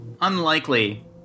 unlikely